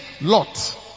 Lot